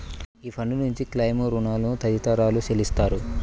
ఈ ఫండ్ నుంచి క్లెయిమ్లు, రుణాలు తదితరాలు చెల్లిస్తారు